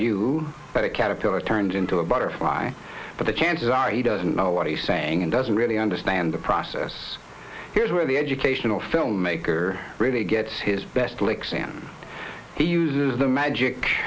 that a caterpillar turns into a butterfly but the chances are he doesn't know what he's saying and doesn't really understand the process here's where the educational filmmaker really gets his best licks and he uses the magic